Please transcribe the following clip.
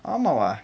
ஆமாவா:aamaavaa